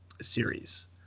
series